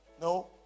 No